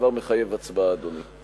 הדבר מחייב הצבעה, אדוני.